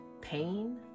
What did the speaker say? pain